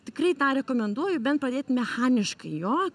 tikrai tą rekomenduoju bent pradėt mechaniškai jo